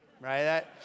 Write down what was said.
right